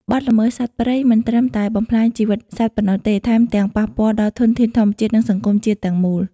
បទល្មើសសត្វព្រៃមិនត្រឹមតែបំផ្លាញជីវិតសត្វប៉ុណ្ណោះទេ ថែមទាំងប៉ះពាល់ដល់ធនធានធម្មជាតិ និងសង្គមជាតិទាំងមូល។